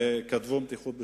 וכתבו מתיחות בשפרעם.